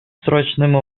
срочным